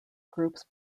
groups